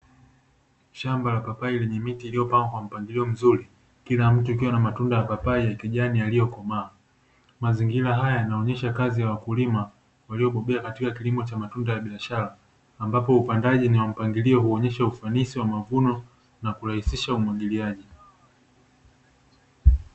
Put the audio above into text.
Shamba la papai lenye miti iliyopandwa kwa mpangilio mzuri, kila mti na matunda ya mapapai ya kijani yaliyokomaa. Mazingira haya yanaonesha kazi ya wakulima waliobobea katika kilimo cha matunda ya biashara ambapo upandaji wa mpangilio huonyesha ufanisi wa mavuno na kurahisisha umwagiliaji.